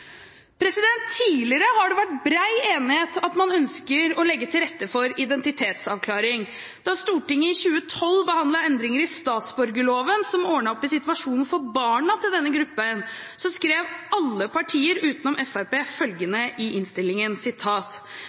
Tidligere har det vært bred enighet om at man ønsker å legge til rette for identitetsavklaring. Da Stortinget i 2012 behandlet endringer i statsborgerloven, som ordnet opp i situasjonen for barna i denne gruppen, skrev alle partier utenom Fremskrittspartiet, følgende i innstillingen: